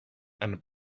and